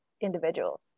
individual